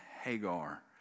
Hagar